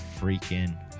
freaking